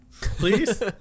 Please